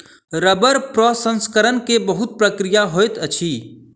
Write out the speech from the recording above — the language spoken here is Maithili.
रबड़ प्रसंस्करण के बहुत प्रक्रिया होइत अछि